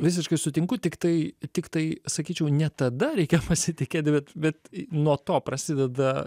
visiškai sutinku tiktai tiktai sakyčiau ne tada reikia pasitikėt bet bet nuo to prasideda